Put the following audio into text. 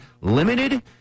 limited